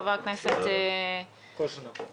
חבר הכנסת קוז'ינוב.